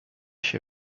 się